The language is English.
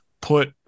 put